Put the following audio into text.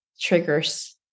triggers